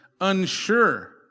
unsure